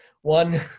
One